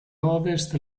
ovest